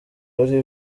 ari